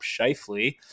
Shifley